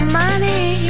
money